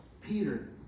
Peter